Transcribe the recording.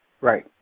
right